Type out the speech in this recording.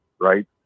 Right